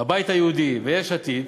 הבית היהודי ויש עתיד